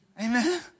Amen